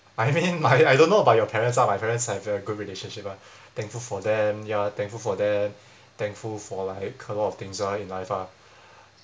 I mean my I don't know about your parents ah my parents have very good relationship ah thankful for them ya thankful for that thankful for like a lot of things ah in life ah